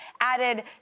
added